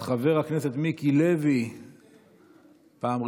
ההצבעה: 28 בעד,